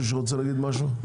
רוצה להגיד משהו?